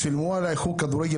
שילמו עלי חוג כדורגל,